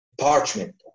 parchment